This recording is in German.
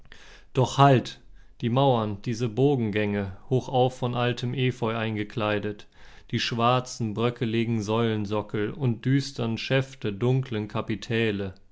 doch halt die mauern diese bogengänge hochauf von altem efeu eingekleidet die schwarzen bröckeligen säulensockel und düstern schäfte dunklen kapitäle